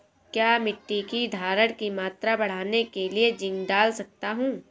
क्या मिट्टी की धरण की मात्रा बढ़ाने के लिए जिंक डाल सकता हूँ?